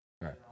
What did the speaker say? Right